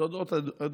זאת עוד עדות